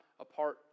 apart